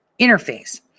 interface